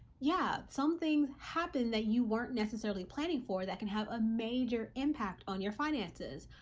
yeah. some things happen that you weren't necessarily planning for that can have a major impact on your finances,